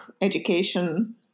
education